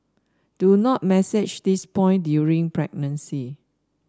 do not massage this point during pregnancy